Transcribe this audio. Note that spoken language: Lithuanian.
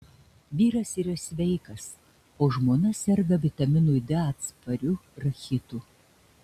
vyras yra sveikas o žmona serga vitaminui d atspariu rachitu